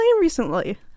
recently